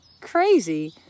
crazy